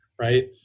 Right